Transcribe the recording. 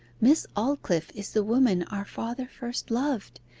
miss aldclyffe is the woman our father first loved,